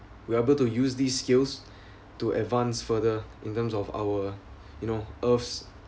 we able to use these skills to advance further in terms of our you know earths